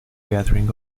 gathering